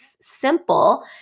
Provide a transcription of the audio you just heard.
simple